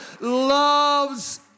loves